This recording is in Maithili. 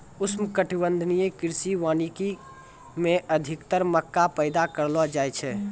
उष्णकटिबंधीय कृषि वानिकी मे अधिक्तर मक्का पैदा करलो जाय छै